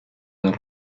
the